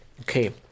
Okay